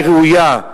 היא ראויה.